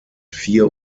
vier